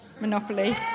Monopoly